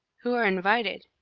who are invited?